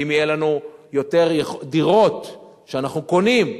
אם יהיו לנו יותר דירות שאנחנו קונים,